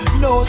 no